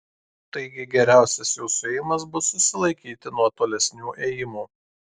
taigi geriausias jūsų ėjimas bus susilaikyti nuo tolesnių ėjimų